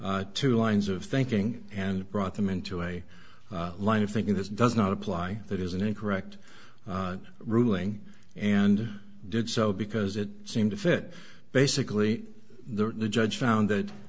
two lines of thinking and brought them into a line of thinking this does not apply that is an incorrect ruling and did so because it seemed to fit basically the judge found